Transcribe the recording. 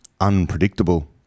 unpredictable